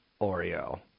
Oreo